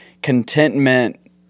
Contentment